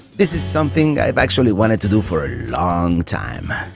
this is something i've actually wanted to do for a long time.